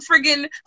friggin